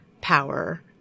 power